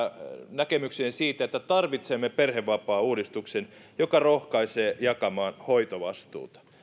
näkemykseen siitä että tarvitsemme perhevapaauudistuksen joka rohkaisee jakamaan hoitovastuuta